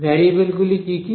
ভ্যারিয়েবলগুলি কি কি